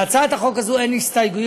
להצעת החוק הזאת אין הסתייגויות,